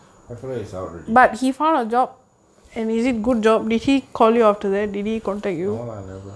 I forgot already no lah never